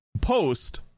post